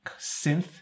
synth